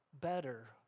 better